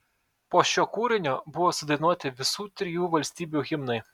po šio kūrinio buvo sudainuoti visų trijų valstybių himnai